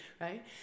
right